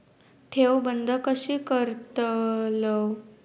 ठेव बंद कशी करतलव?